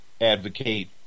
advocate